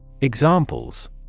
Examples